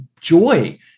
joy